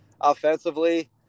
offensively